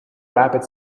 rabbit